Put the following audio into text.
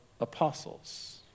apostles